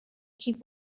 keep